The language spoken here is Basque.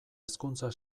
hezkuntza